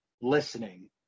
listening